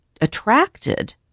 attracted